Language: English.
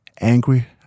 angry